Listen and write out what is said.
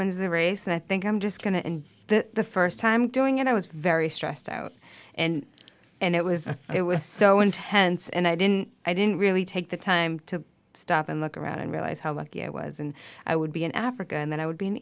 wins the race and i think i'm just going to and the first time doing it i was very stressed out and and it was it was so intense and i didn't i didn't really take the time to stop and look around and realize how lucky i was and i would be in africa and then i would be in